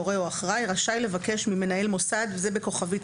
הורה או אחראי) רשאי לבקש ממנהל מוסד - זה בכוכבית,